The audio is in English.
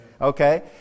Okay